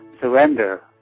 surrender